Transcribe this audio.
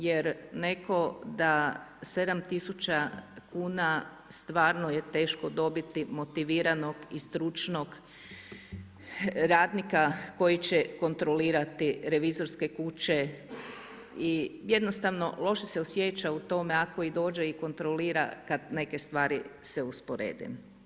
Jer netko da 7000 kn stvarno je teško dobiti motiviranog i stručnog radnika, koji će kontrolirati revizorske kuće i jednostavno, loše se osjeća u tome i ako dođe i kontrolira, kad neke stvari se usporede.